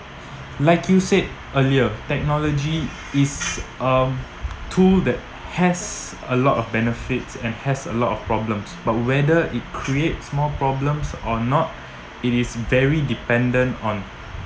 like you said earlier technology is um tool that has a lot of benefits and has a lot of problems but whether it creates more problems or not it is very dependent on